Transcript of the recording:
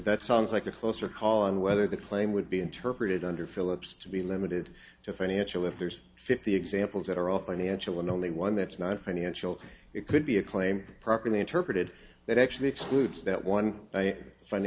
that sounds like a closer call on whether the claim would be interpreted under phillips to be limited to financial if there's fifty examples that are all financial and only one that's not financial it could be a claim properly interpreted that actually excludes that one i find